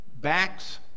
backs